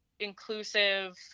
Inclusive